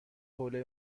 حوله